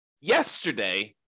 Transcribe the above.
yesterday